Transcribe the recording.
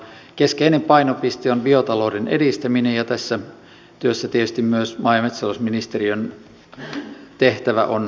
keskeinen painopiste on biotalouden edistäminen ja tässä työssä tietysti myös maa ja metsätalousminiteriön tehtävä on keskeinen